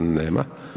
Nema.